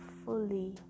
fully